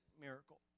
miracle